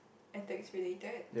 ethics related